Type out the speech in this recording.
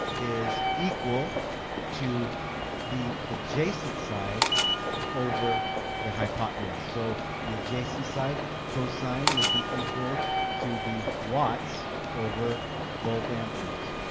is equal to the adjacent side over the hypotenuse, so the adjacent side cosine would be equal to the watts over volt amperes